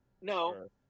No